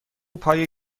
پای